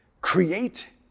create